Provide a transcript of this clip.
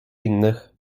innych